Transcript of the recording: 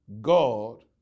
God